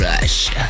rush